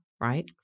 right